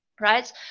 right